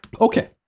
Okay